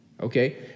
okay